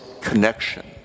connection